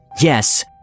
Yes